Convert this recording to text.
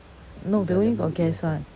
no they only got gas [one]